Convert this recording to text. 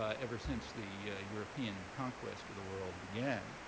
ah ever since the european conquest of the world began.